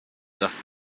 dass